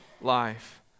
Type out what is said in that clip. life